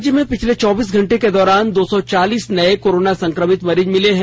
राज्य में पिछले चौबीस घंटे के दौरान दो सौ चालीस नये कोरोना संक्रमित मरीज मिले है